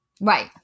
Right